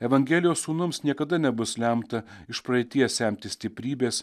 evangelijos sūnums niekada nebus lemta iš praeities semtis stiprybės